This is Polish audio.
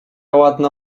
ładna